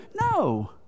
No